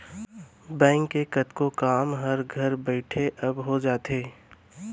bank के कतको काम हर घर बइठे अब हो जाथे